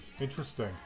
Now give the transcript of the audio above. Interesting